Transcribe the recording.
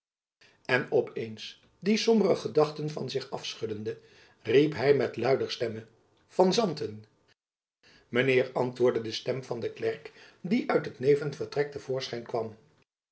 en op eens die sombere gedachten van zich afschuddende riep hy met luider stemme van santen mijn heer antwoordde de stem van den klerk die uit het nevenvertrek te voorschijn kwam